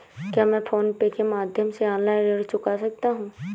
क्या मैं फोन पे के माध्यम से ऑनलाइन ऋण चुका सकता हूँ?